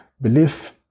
belief